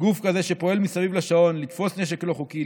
גוף כזה שפועל מסביב לשעון לתפוס נשק לא חוקי,